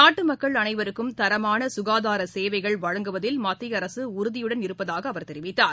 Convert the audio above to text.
நாட்டு மக்கள் அனைவருக்கும் தரமான சுகாதார சேவைகள் வழங்குவதில் மத்திய அரசு உறுதியுடன் இருப்பதாக அவர் தெரிவித்தார்